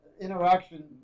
interaction